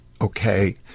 okay